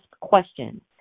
questions